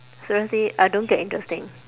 seriously I don't get interesting